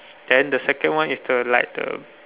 then the second one is the like the